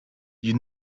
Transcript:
you